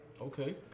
Okay